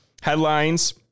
Headlines